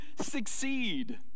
succeed